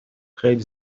خیلی